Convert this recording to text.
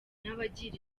nabagira